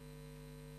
הסביבה.